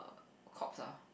corpse ah